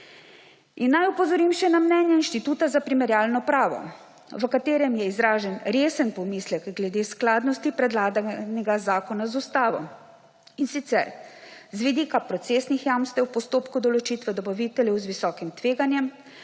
naj opozorim še na mnenje Inštituta za primerjalno pravo, v katerem je izražen resen pomislek glede skladnosti predlaganega zakona z Ustavo, in sicer z vidika procesnih jamstev v postopku določitve dobaviteljev z visokim tveganjem,